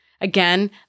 Again